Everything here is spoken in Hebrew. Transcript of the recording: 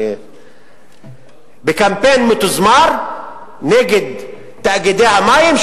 בקמפיין מתוזמר נגד תאגידי המים,